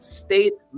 state